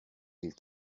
ils